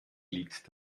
liegt